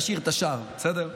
נשאיר את השאר, בסדר?